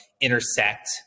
intersect